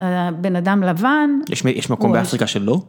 הבן אדם לבן. יש מקום באפריקה שלא.